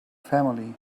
family